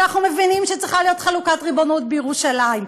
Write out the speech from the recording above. אבל אנחנו מבינים שצריכה להיות חלוקת ריבונות בירושלים.